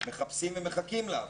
מחפשים ומחכים לעבוד,